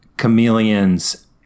chameleons